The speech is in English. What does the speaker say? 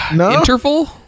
Interval